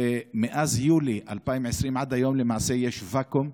ומאז יולי 2020 עד היום, למעשה, יש ואקום,